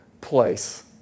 place